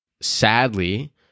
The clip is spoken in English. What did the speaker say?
sadly